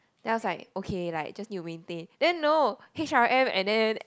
then I was like okay like just need to maintain then no H_R_M and then